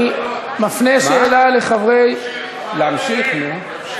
אני מפנה שאלה לחברי, להמשיך, נו.